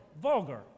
vulgar